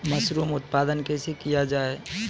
Mushroom उत्पादन कैसे किया जाय?